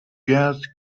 gas